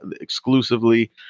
exclusively